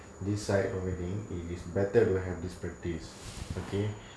this side already it is better to have this practice okay